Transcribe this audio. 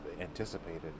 anticipated